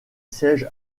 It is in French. siège